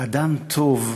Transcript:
אדם טוב,